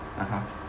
(uh huh)